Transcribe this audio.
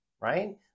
right